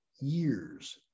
years